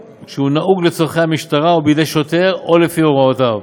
לצורכי המשטרה או בידי שוטר או לפי הוראותיו.